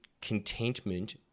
contentment